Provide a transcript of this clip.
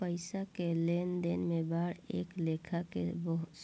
पईसा के लेनदेन में बांड एक लेखा के